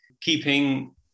keeping